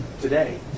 today